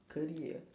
career